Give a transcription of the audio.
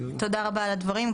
תודה רבה על הדברים.